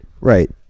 right